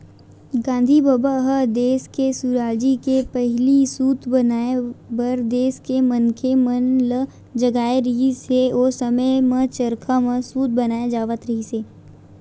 गांधी बबा ह देस के सुराजी के पहिली सूत बनाए बर देस के मनखे मन ल जगाए रिहिस हे, ओ समे म चरखा म सूत बनाए जावत रिहिस हे